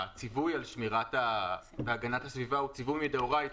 הציווי על הגנת הסביבה הוא ציווי מדאורייתא.